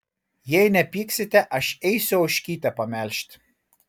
jei nepyksite aš eisiu ožkytę pamelžti